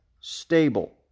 stable